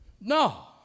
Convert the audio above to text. No